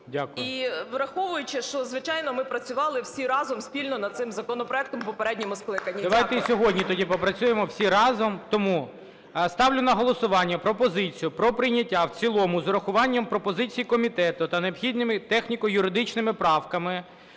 І враховуючи, що звичайно ми працювали всі разом спільно над цим законопроектом в попередньому скликанні.